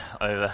over